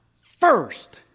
first